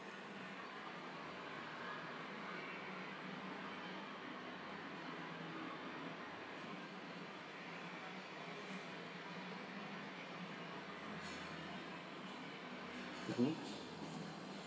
mmhmm